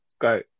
go